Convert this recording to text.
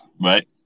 right